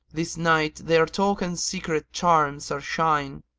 this night their talk and secret charms are shine,